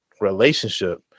relationship